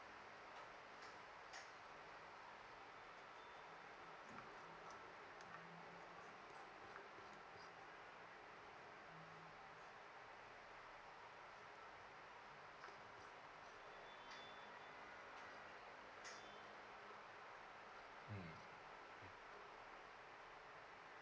mm